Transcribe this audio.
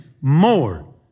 more